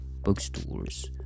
bookstores